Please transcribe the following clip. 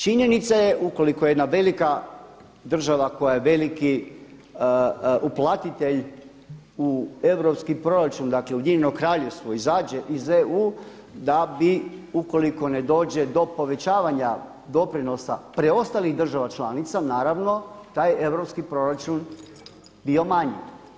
Činjenica je, ukoliko jedna velika država, koja je veliki uplatitelj u europski proračun, dakle Ujedinjeno Kraljevstvo izađe iz EU da bi ukoliko ne dođe do povećavanja doprinosa preostalih država članica naravno taj europski proračun bi manji.